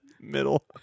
middle